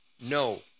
No